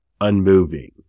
unmoving